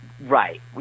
right